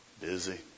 Busy